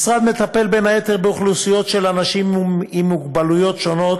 המשרד מטפל בין היתר באוכלוסיות של אנשים עם מוגבלויות שונות